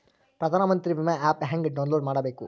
ಪ್ರಧಾನಮಂತ್ರಿ ವಿಮಾ ಆ್ಯಪ್ ಹೆಂಗ ಡೌನ್ಲೋಡ್ ಮಾಡಬೇಕು?